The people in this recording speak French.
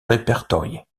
répertoriés